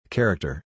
Character